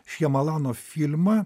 šjamalano filmą